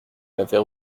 avait